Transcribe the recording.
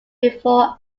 before